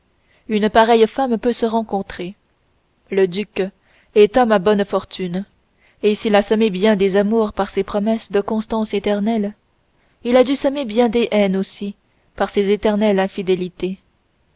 une pareille femme peut se rencontrer le duc est homme à bonnes fortunes et s'il a semé bien des amours par ses promesses de constance éternelle il a dû semer bien des haines aussi par ses éternelles infidélités